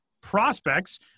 prospects